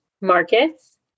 markets